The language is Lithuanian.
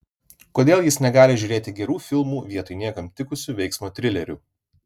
kodėl jis negali žiūrėti gerų filmų vietoj niekam tikusių veiksmo trilerių